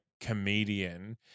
comedian